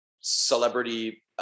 celebrity